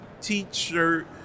T-shirt